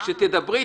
כשתדברי,